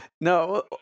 No